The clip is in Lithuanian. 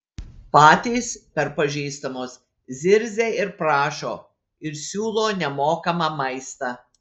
patys per pažįstamus zirzia ir prašo ir siūlo nemokamą maistą